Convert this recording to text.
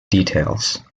details